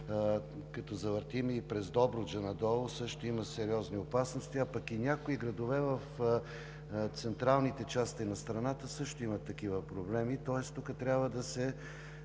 като завъртим и през Добруджа надолу, също има сериозни опасности, а пък и в някои градове в централните части на страната също имат такива проблеми. Тоест тук трябва да се